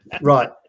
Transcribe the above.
Right